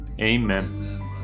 amen